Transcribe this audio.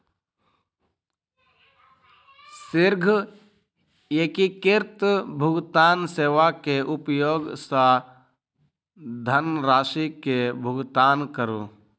शीघ्र एकीकृत भुगतान सेवा के उपयोग सॅ धनरशि के भुगतान करू